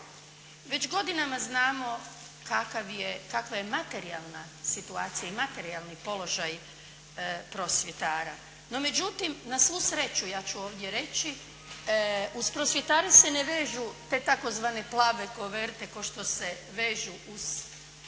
Već godinama znamo kakva je materijalna situacija i materijalni položaj prosvjetara. No međutim na svu sreću, ja ću ovdje reći. Uz prosvjetare se ne vežu te tzv. plave koverte kao što se vežu uz liječnike,